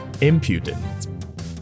Impudent